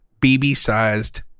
BB-sized